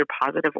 positive